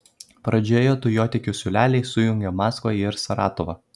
pradžioje dujotiekių siūleliai sujungia maskvą ir saratovą